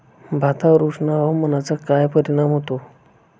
भातावर उष्ण हवामानाचा काय परिणाम होतो?